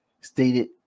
stated